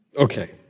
Okay